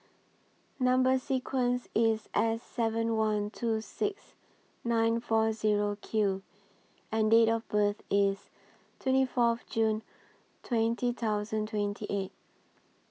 Number sequence IS S seven one two six nine four Zero Q and Date of birth IS twenty four June twenty thousand twenty eight